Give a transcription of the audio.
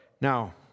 Now